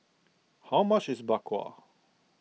how much is Bak Kwa